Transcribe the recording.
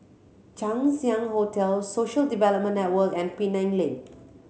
Chang Ziang Hotel Social Development Network and Penang Lane